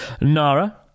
Nara